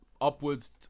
upwards